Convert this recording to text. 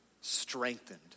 strengthened